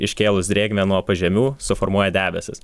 iškėlus drėgmę nuo pažemių suformuoja debesis